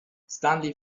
stanley